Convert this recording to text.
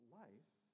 life